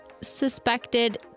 suspected